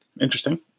Interesting